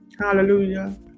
Hallelujah